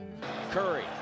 Curry